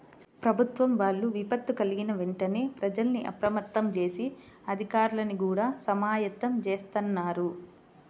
ప్రభుత్వం వాళ్ళు విపత్తు కల్గిన వెంటనే ప్రజల్ని అప్రమత్తం జేసి, అధికార్లని గూడా సమాయత్తం జేత్తన్నారు